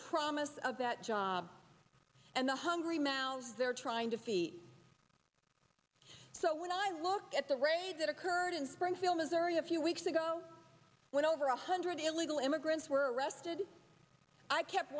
promise of that job and the hungry mouths they're trying to feed so when i look at the raid that occurred in springfield missouri a few weeks ago when over one hundred illegal immigrants were arrested i kept